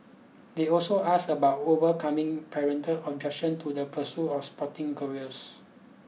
they also asked about overcoming parental objection to the pursuit of sporting careers